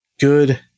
good